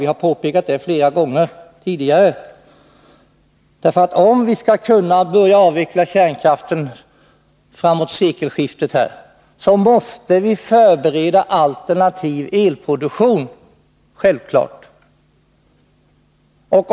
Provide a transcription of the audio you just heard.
Vi har flera gånger tidigare påpekat att om vi skall kunna börja avveckla kärnkraften framåt sekelskiftet måste vi förbereda alternativ elproduktion. Det är självklart.